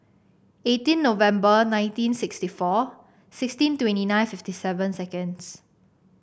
eighteen November nineteen sixty four sixteen twenty nine fifty seven seconds